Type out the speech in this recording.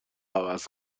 عوض